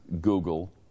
Google